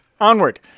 onward